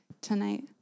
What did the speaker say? tonight